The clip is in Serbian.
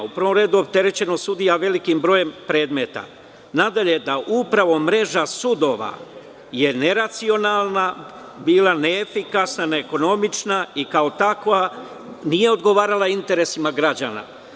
U prvom redu opterećenost sudija velikim brojem predmeta, da mreža sudova je neracionalna je bila, neefikasna, neekonomična i kao takva nije odgovarala interesima građana.